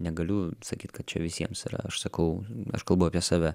negaliu sakyt kad čia visiems yra aš sakau aš kalbu apie save